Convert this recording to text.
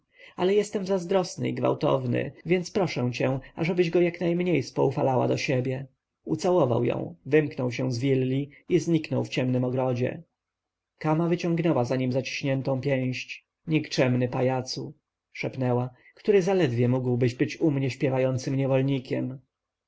ale jestem zazdrosny i gwałtowny więc proszę cię ażebyś go jak najmniej spoufalała do siebie ucałował ją wymknął się z willi i zniknął w ciemnym ogrodzie kama wyciągnęła za nim zaciśniętą pięść nikczemny pajacu szepnęła który zaledwie mógłbyś być u mnie śpiewającym